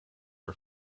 are